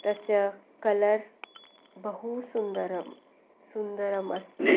तस्य कलर् बहु सुन्दरं सुन्दरम् अस्ति